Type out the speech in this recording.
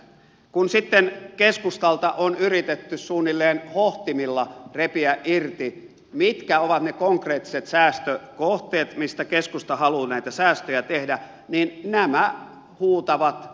kun sitten keskustalta on yritetty suunnilleen hohtimilla repiä irti mitkä ovat ne konkreettiset säästökohteet mistä keskusta haluaa näitä säästöjä tehdä niin nämä huutavat puuttumistaan